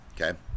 Okay